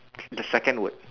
the second word